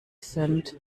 sind